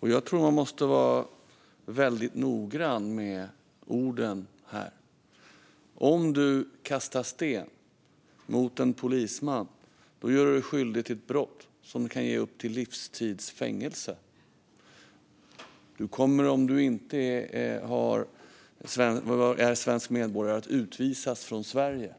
Jag tror att man måste vara väldigt noggrann med orden här. Om du kastar sten mot en polisman gör du dig skyldig till ett brott som kan ge upp till livstids fängelse. Om du inte är svensk medborgare kommer du att utvisas från Sverige.